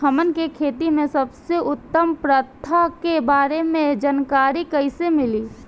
हमन के खेती में सबसे उत्तम प्रथा के बारे में जानकारी कैसे मिली?